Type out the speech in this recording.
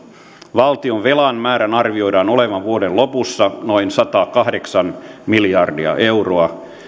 valtionvelan määrän arvioidaan olevan vuoden lopussa noin satakahdeksan miljardia euroa